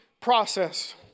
process